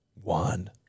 One